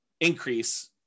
increase